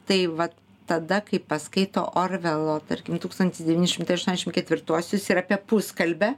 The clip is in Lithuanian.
tai vat tada kai paskaito orvelo tarkim tūkstantis devyni šimtai aštuoniasdešimt ketvirtuosius ir apie puskalbę